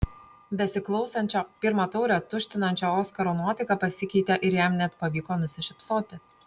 besiklausančio pirmą taurę tuštinančio oskaro nuotaika pasikeitė ir jam net pavyko nusišypsoti